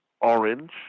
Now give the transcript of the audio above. orange